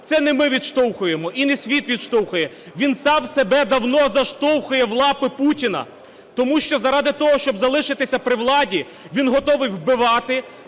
це не ми відштовхуємо і не світ відштовхує, він сам себе давно заштовхує в лапи Путіна. Тому що заради того, щоб залишитися при владі, він готовий вбивати,